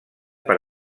per